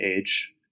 age